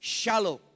shallow